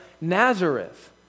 Nazareth